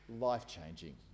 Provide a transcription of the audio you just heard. life-changing